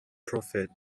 profit